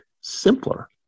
simpler